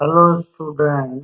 hello students